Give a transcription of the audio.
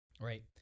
Right